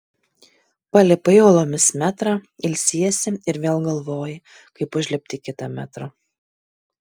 palipai uolomis metrą ilsiesi ir vėl galvoji kaip užlipti kitą metrą